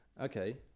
okay